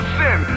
sin